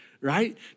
right